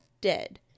dead